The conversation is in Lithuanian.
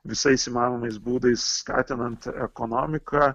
visais įmanomais būdais skatinant ekonomiką